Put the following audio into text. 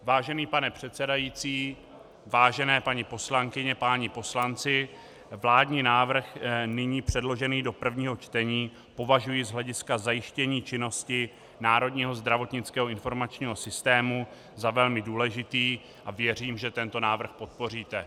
Vážený pane předsedající, vážené paní poslankyně, páni poslanci, vládní návrh, nyní předložený do prvního čtení, považuji z hlediska zajištění činnosti Národního zdravotnického informačního systému za velmi důležitý a věřím, že tento návrh podpoříte.